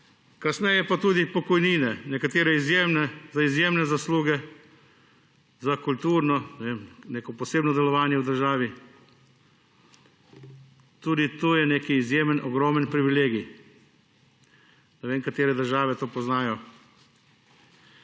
Kasneje pa tudi pokojnine. Nekaterim za izjemne zasluge, za kulturno, ne vem, neko posebno delovanje v državi, tudi to je nek izjemen, ogromen privilegij, ne vem, katere države to poznajo.